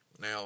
Now